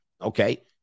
Okay